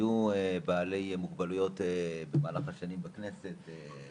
היו בעלי מוגבלויות במהלך השנים בכנסת,